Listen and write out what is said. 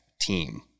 team